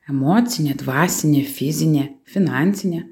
emocinė dvasinė fizinė finansinė